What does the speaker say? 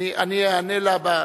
אני איענה לה.